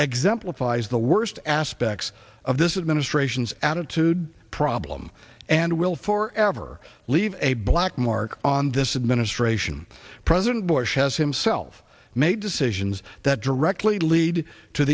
exemplifies the worst aspects of this is ministrations attitude problem and will for ever leave a black mark on this administration president bush has himself made decisions that directly lead to